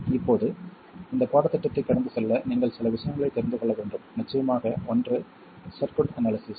இப்போது இந்த பாடத்திட்டத்தை கடந்து செல்ல நீங்கள் சில விஷயங்களை தெரிந்து கொள்ள வேண்டும் நிச்சயமாக ஒன்று சர்க்யூட் அனாலிசிஸ்